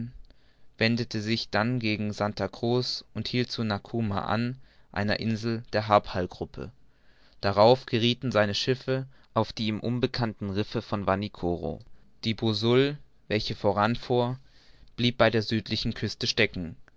wendete sich dann gegen santa cruz und hielt zu namouka an einer insel der hapal gruppe darauf geriethen seine schiffe auf die ihm unbekannten risse von vanikoro die boussole welche voran fuhr blieb bei der südlichen küste stecken